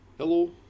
Hello